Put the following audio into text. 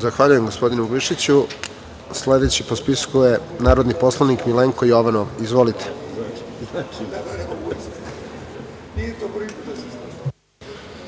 Zahvaljujem gospodinu Glišiću. Sledeći po spisku je narodni poslanik Milenko Jovanov. Izvolite.